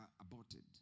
aborted